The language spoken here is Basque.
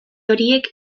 horiek